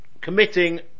Committing